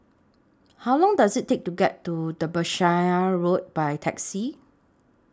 How Long Does IT Take to get to Derbyshire Road By Taxi